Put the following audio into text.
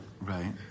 Right